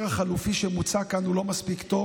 החלופי שמוצע כאן הוא לא מספיק טוב.